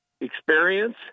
experience